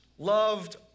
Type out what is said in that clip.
loved